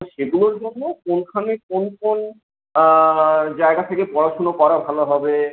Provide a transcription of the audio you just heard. সেগুলোর জন্য কোনখানে কোন কোন জায়গা থেকে পড়াশুনা করা ভালো হবে